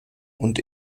und